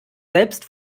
selbst